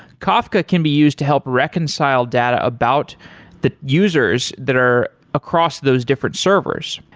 kafka can be used to help reconcile data about the users that are across those different servers.